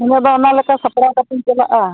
ᱩᱱᱟᱹᱜ ᱫᱚ ᱚᱱᱟ ᱞᱮᱠᱟ ᱥᱟᱯᱲᱟᱣ ᱠᱟᱛᱮᱫ ᱤᱧ ᱪᱟᱞᱟᱜᱼᱟ